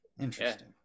Interesting